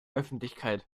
öffentlichkeit